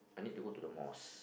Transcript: I need to go to the mosque